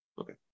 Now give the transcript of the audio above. Okay